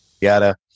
yada